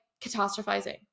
catastrophizing